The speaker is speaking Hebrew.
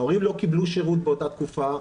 ההורים לא קיבלו שירות באותה תקופה,